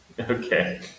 okay